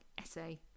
essay